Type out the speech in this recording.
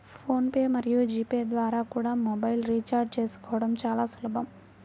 phone pay మరియు GPay ద్వారా కూడా మొబైల్ రీఛార్జి చేసుకోవడం చాలా సులభం